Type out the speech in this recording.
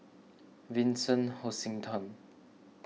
Vincent Hoisington